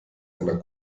einer